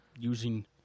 using